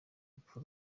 urupfu